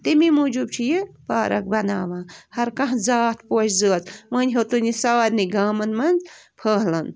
تَمی موٗجوٗب چھِ یہِ پارک بَناوان ہر کانٛہہ زاتھ پوشہٕ زٲژ وَنہِ ہیوٚتُن یہِ سارنی گامن منٛز پھٔہلُن